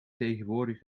tegenwoordig